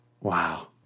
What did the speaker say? Wow